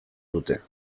dute